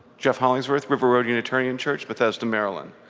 jeff hollingsworth, river road unitarian church, bethesda, maryland.